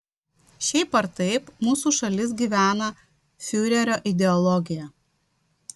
šiaip ar taip mūsų šalis gyvena fiurerio ideologija